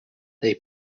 they